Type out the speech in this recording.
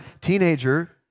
teenager